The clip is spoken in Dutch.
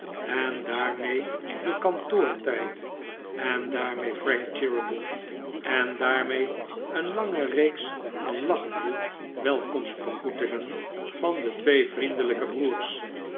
en daarmee de kantoortijd en daarmee frank cheeryble en daarmee een lange reeks van lachende welkomstbegroetingen van de twee vriendelijke broers